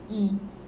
mm